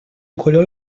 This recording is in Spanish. color